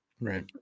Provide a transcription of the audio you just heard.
right